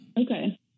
Okay